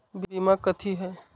बीमा कथी है?